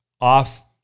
off